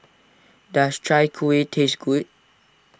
does Chai Kuih taste good